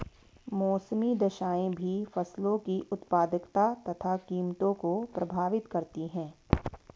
मौसमी दशाएं भी फसलों की उत्पादकता तथा कीमतों को प्रभावित करती है